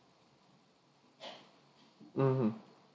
mmhmm